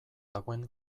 dagoen